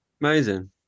amazing